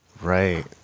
Right